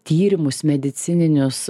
tyrimus medicininius